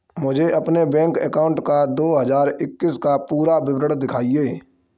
मुझे अपने bank account का दो हज़ार इक्कीस का पूरा विवरण दिखाएँ?